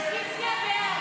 ההסתייגויות לסעיף